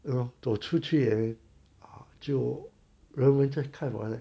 you know 走出去啊就人围着看我 eh